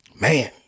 Man